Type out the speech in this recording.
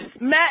Matt